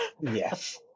Yes